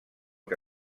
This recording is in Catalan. que